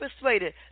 persuaded